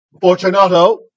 Fortunato